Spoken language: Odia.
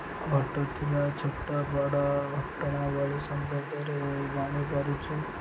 ଘଟୁଥିବା ଛୋଟ ବଡ଼ ଘଟଣାବଳୀ ସମ୍ବନ୍ଧରେ ଜାଣିପାରୁଛୁ